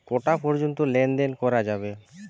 কটা পর্যন্ত লেন দেন করা যাবে?